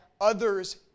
others